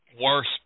worse